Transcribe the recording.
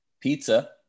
Pizza